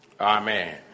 Amen